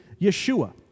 Yeshua